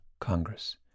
Congress